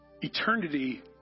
Eternity